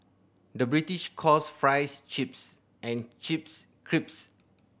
the British calls fries chips and chips crisps